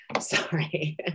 Sorry